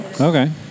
Okay